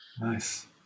nice